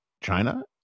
China